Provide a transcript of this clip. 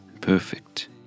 perfect